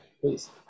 please